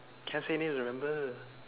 can't say names remember